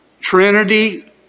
Trinity